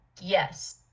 Yes